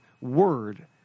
word